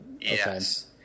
Yes